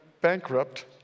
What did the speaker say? bankrupt